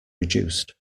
reduced